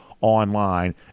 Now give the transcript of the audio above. online